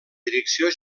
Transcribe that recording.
direcció